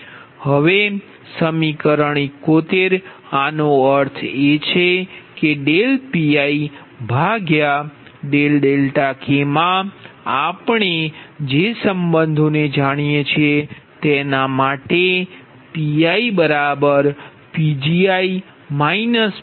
હવે સમીકરણ 71 આનો અર્થ એ છે કે Pikમા આપણે જે સંબંધોને જાણીએ છીએ તેના માટે PiPgi PLiકહુ છુ